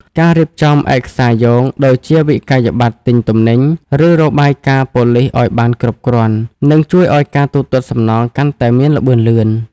ការរៀបចំ ឯកសារយោង ដូចជាវិក្កយបត្រទិញទំនិញ ឬរបាយការណ៍ប៉ូលីសឱ្យបានគ្រប់គ្រាន់ នឹងជួយឱ្យការទូទាត់សំណងកាន់តែមានល្បឿនលឿន។